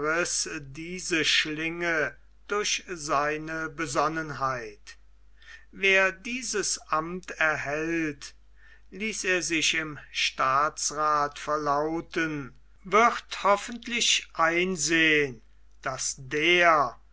diese schlinge durch seine besonnenheit wer dieses amt erhält ließ er sich im staatsrath verlauten wird hoffentlich einsehen daß er